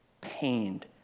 pained